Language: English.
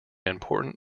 important